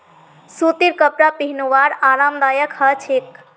सूतीर कपरा पिहनवार आरामदायक ह छेक